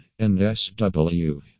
NSW